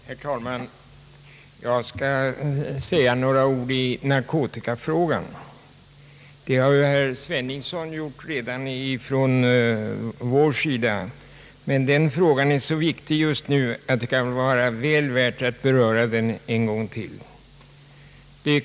Herr talman! Jag skall säga några ord i narkotikafrågan. Det har herr Sveningsson redan gjort från vår sida, men narkotikafrågan är just nu så viktig att det kan vara väl värt att beröra den en gång till.